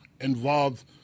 involved